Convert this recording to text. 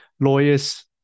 Lawyers